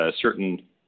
certain